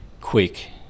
quick